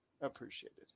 appreciated